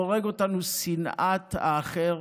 הורגות אותנו שנאת האחר